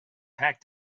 packed